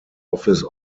office